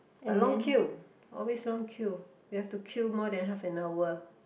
but long queue always long queue you have to queue more than half an hour